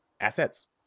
assets